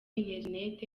internet